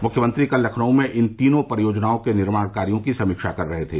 मुख्यमंत्री कल लखनऊ में इन तीनों परियोजनाओं के निर्माण कार्यो की समीक्षा कर रहे थे